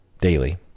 daily